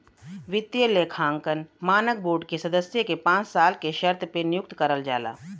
वित्तीय लेखांकन मानक बोर्ड के सदस्य के पांच साल के शर्त पे नियुक्त करल जाला